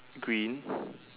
green